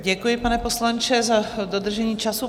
Děkuji, pane poslanče, za dodržení času.